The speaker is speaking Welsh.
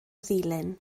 ddulyn